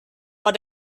but